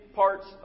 parts